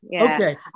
okay